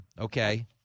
okay